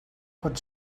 pot